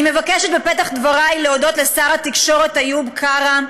בפתח דבריי אני מבקשת להודות לשר התקשורת איוב קרא,